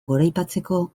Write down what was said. goraipatzeko